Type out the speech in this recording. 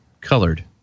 colored